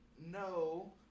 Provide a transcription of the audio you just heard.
No